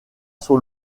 sur